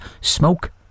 Smoke